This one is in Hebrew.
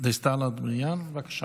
דיסטל אטבריאן, בבקשה.